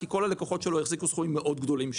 כי כל הלקוחות שלו החזיקו שם סכומים מאוד גדולים,